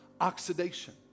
oxidation